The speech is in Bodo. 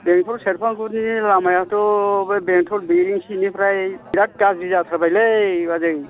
बेंटल सेरफांगुरिनि लामायाथ' बे बेंटल बेरेंसिनिफ्राय बिराट गाज्रि जाथारबायलै बाजै